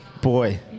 Boy